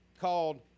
called